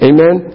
Amen